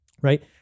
right